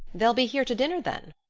they'll be here to dinner, then?